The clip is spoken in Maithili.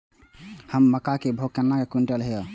अभी मक्का के भाव केना क्विंटल हय?